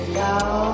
now